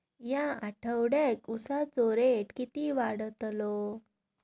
या आठवड्याक उसाचो रेट किती वाढतलो?